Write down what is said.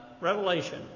Revelation